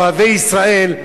אוהבי ישראל.